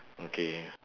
okay